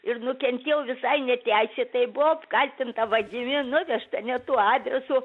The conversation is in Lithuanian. ir nukentėjau visai neteisėtai buvau apkaltinta vagimi nuvežta ne tuo adresu